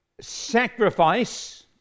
sacrifice